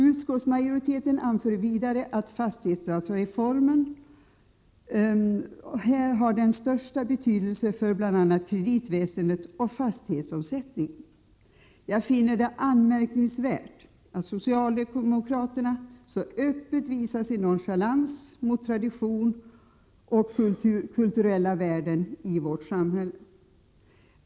Utskottsmajoriteten anför vidare att fastighetsdatareformen har den största betydelse för bl.a. kreditväsendet och fastighetsomsättningen. Jag finner det anmärkningsvärt att socialdemokraterna så öppet visar sin nonchalans mot tradition och kulturella värden i vårt samhälle.